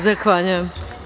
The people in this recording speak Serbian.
Zahvaljujem.